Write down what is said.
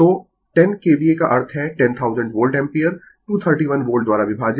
तो 10 KVA का अर्थ है 10000 वोल्ट एम्पीयर 231 वोल्ट द्वारा विभाजित